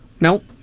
Nope